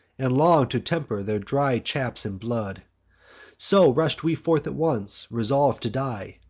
and long to temper their dry chaps in blood so rush'd we forth at once resolv'd to die,